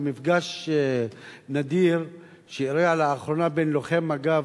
במפגש נדיר שאירע לאחרונה בין לוחם מג"ב,